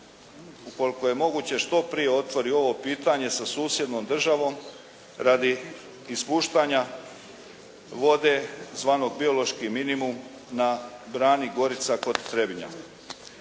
ukoliko je moguće što prije otvori ovo pitanje sa susjednom državom radi ispuštanja vode zvano biološki minimum na brani Gorica kod Trebinja.